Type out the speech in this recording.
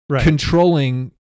controlling